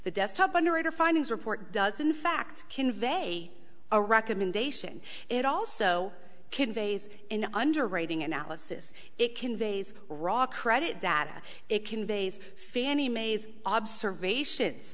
the desktop underwriter findings report does in fact convey a recommendation it also conveys an underwriting analysis it conveys raw credit data it conveys fannie mae's observations